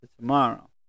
tomorrow